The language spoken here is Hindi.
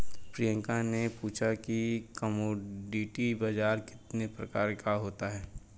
प्रियंका ने पूछा कि कमोडिटी बाजार कितने प्रकार का होता है?